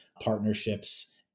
partnerships